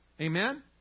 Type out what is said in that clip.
Amen